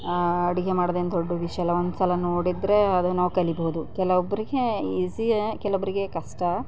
ಅಡುಗೆ ಮಾಡೋದೇನು ದೊಡ್ಡ ವಿಷಯ ಅಲ್ಲ ಒಂದ್ಸಲ ನೋಡಿದರೆ ಅದನ್ನ ನಾವು ಕಲೀಬಹುದು ಕೆಲವೊಬ್ಬರಿಗೆ ಈಸಿಯೇ ಕೆಲವೊಬ್ಬರಿಗೆ ಕಷ್ಟ